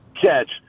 catch